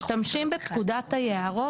משתמשים בפקודת היערות,